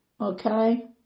okay